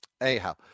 Anyhow